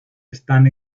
están